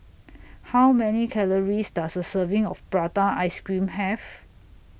How Many Calories Does A Serving of Prata Ice Cream Have